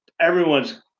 everyone's